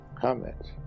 comments